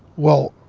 well,